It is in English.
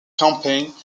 campaigns